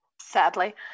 Sadly